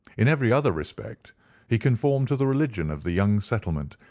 in every other respect he conformed to the religion of the young settlement,